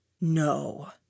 No